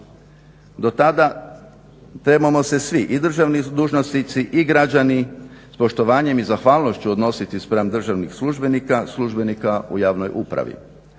Do tada trebamo se svi i državni dužnosnici i građani s poštovanjem i zahvalnošću odnositi spram državnih službenika, službenika u javnoj upravi.